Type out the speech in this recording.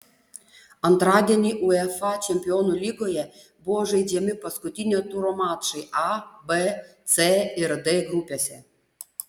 antradienį uefa čempionų lygoje buvo žaidžiami paskutinio turo mačai a b c ir d grupėse